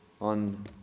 on